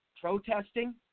protesting